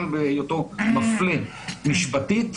גם בהיותו מפלה משפטית,